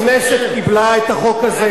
הכנסת קיבלה את החוק הזה,